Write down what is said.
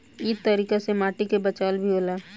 इ तरीका से माटी के बचाव भी होला